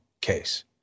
case